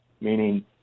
meaning